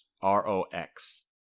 R-O-X